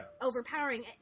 overpowering